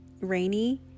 rainy